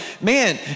man